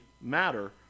matter